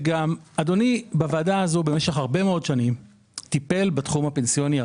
אדוני בוועדה הזאת במשך הרבה מאוד שנים טיפל בתחום הפנסיוני.